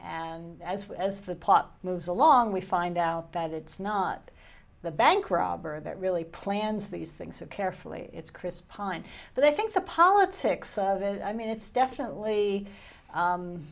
and as far as the plot moves along we find out that it's not the bank robber that really plans these things so carefully it's chris pine but i think the politics of it i mean it's definitely